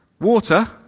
water